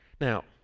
Now